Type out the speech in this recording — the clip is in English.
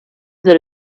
that